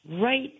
right